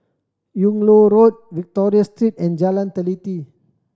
Yung Loh Road Victoria Street and Jalan Teliti